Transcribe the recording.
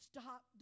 Stop